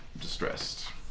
distressed